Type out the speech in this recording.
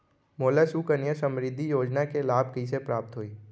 मोला सुकन्या समृद्धि योजना के लाभ कइसे प्राप्त होही?